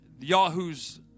Yahoo's